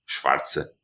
schwarze